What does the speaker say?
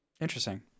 interesting